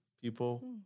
people